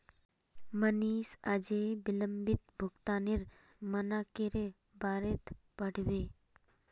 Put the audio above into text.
मनीषा अयेज विलंबित भुगतानेर मनाक्केर बारेत पढ़बे